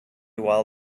while